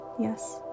Yes